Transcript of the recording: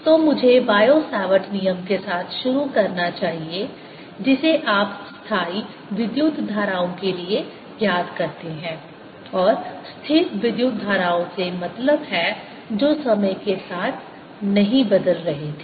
तो मुझे Biot Savart नियम के साथ शुरू करना चाहिए जिसे आप स्थायी विद्युत धाराओं के लिए याद करते हैं और स्थिर विद्युत धाराओं से मतलब है जो समय के साथ नहीं बदल रहे थे